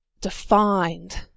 defined